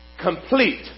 complete